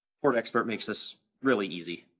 port expert makes this really easy.